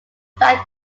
that